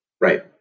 Right